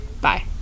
Bye